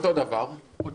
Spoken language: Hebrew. הם לא